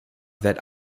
that